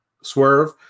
swerve